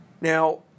Now